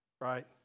right